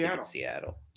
Seattle